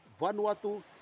Vanuatu